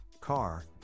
car